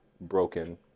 broken